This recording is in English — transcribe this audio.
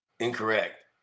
Incorrect